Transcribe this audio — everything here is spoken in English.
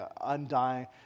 undying